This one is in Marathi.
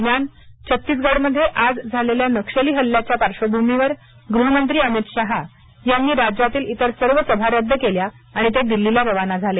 दरम्यान छत्तीसगडमध्ये आज झालेल्या नक्षली हल्ल्याच्या पार्क्षभूमीवर गृहमंत्री अमित शाह यांनी राज्यातील इतर सर्व सभा रद्द केल्या आणि ते दिल्लीला रवाना झाले